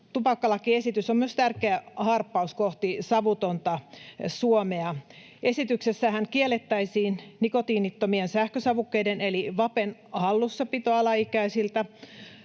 tupakkalakiesitys on myös tärkeä harppaus kohti savutonta Suomea. Esityksessähän kiellettäisiin nikotiinittomien sähkösavukkeiden eli vapen hallussapito alaikäisiltä.